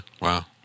Wow